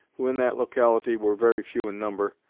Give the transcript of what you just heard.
who in that locality were very few in number,